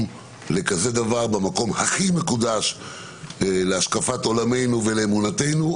לדבר כזה במקום הכי מקודש להשקפת עולמנו ולאמונתנו.